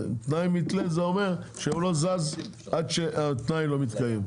תנאי מתלה אומר שהוא לא זז עד שתנאי המתלה לא מתקיים.